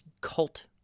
cult